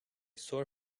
sore